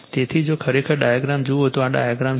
તેથી જો ખરેખર ડાયાગ્રામ જુઓ તો આ ડાયાગ્રામ છે